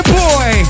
boy